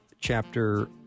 chapter